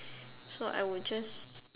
so I will just